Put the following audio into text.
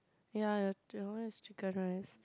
ya your twenty one is chicken rice